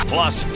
Plus